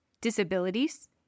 disabilities